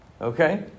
Okay